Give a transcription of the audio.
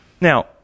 Now